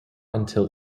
until